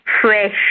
fresh